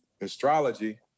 astrology